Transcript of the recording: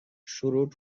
شروع